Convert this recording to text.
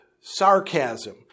sarcasm